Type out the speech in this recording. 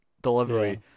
delivery